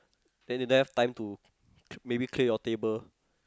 then they don't have time to maybe clear your table